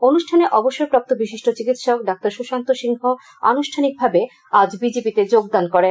অনুষ্ঠানে অবসরপ্রাপ্ত বিশিষ্ট চিকিৎসক ডা সুশান্ত সিংহ আনুষ্ঠানিকভাবে আজ বিজেপি তে যোগদান করেন